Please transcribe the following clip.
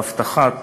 הבטחת